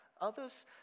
Others